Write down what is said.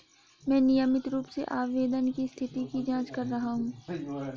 मैं नियमित रूप से आवेदन की स्थिति की जाँच कर रहा हूँ